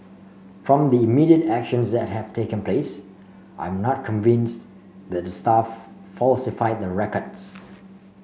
from the immediate actions that have taken place I am not convinced that the staff falsified the records